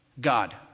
God